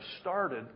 started